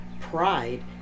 Pride